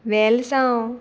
वेलसांव